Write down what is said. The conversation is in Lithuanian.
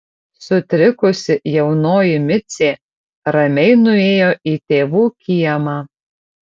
sutrikusi jaunoji micė ramiai nuėjo į tėvų kiemą